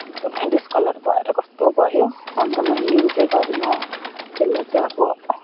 एकदम डिसकलर भएर कस्तो भयो अन्त मैले युज गरेन त्यसलाई चाहिँ अब